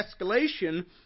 escalation